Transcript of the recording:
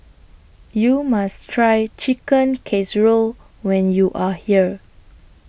YOU must Try Chicken Casserole when YOU Are here